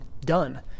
done